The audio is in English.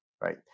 right